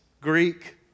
Greek